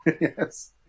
Yes